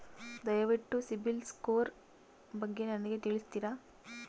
ದಯವಿಟ್ಟು CIBIL score ಬಗ್ಗೆ ನನಗೆ ತಿಳಿಸ್ತೀರಾ?